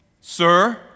Sir